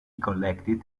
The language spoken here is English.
collected